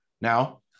Now